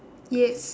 yes